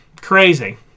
Crazy